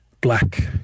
Black